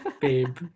babe